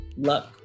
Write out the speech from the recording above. luck